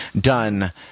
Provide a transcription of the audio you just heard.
done